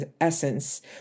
essence